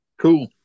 Cool